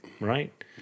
Right